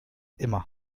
immer